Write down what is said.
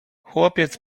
chłopiec